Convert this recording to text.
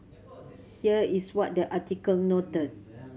here is what the article noted